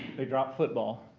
they dropped football.